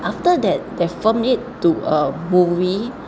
after that they filmed it to a movie